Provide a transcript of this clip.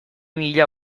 mila